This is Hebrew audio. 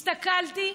הסתכלתי,